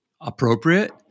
appropriate